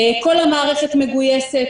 כל המערכת מגויסת.